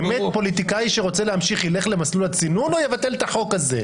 באמת פוליטיקאי שרוצה להמשיך ילך למסלול הצינון או יבטל את החוק הזה?